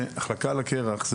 החלקה על הקרח,